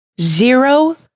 zero